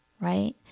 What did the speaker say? right